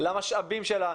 למשאבים שלה.